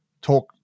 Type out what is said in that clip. talk